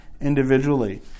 individually